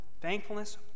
Thankfulness